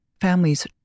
families